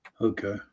Okay